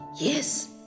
Yes